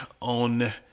on